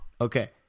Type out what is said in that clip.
Okay